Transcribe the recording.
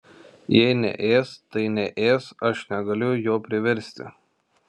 jei neės tai neės aš negaliu jo priversti